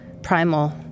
primal